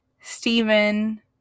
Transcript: Stephen